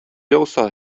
яуса